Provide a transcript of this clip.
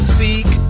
speak